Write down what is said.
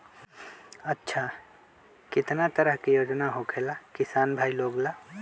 अच्छा कितना तरह के योजना होखेला किसान भाई लोग ला?